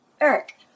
Eric